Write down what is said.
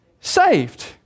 saved